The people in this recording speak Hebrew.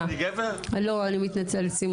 אני מתנצלת.